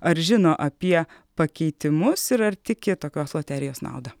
ar žino apie pakeitimus ir ar tiki tokios loterijos nauda